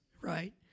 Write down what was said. right